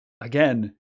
again